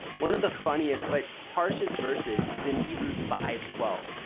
one of the funniest but harshest verses is in hebrews five twelve.